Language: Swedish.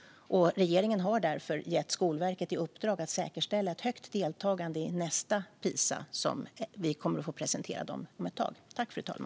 Regeringen har därför gett Skolverket i uppdrag att säkerställa ett högt deltagande i nästa Pisaundersökning, som vi kommer att få presenterad om ett tag.